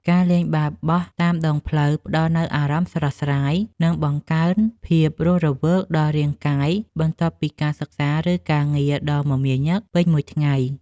ការលេងបាល់បោះតាមដងផ្លូវផ្ដល់នូវអារម្មណ៍ស្រស់ស្រាយ និង បង្កើនភាពរស់រវើកដល់រាងកាយបន្ទាប់ពីការសិក្សាឬការងារដ៏មមាញឹកពេញមួយថ្ងៃ។